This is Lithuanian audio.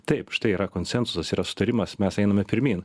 taip štai yra konsensusas yra sutarimas mes einame pirmyn